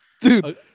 Dude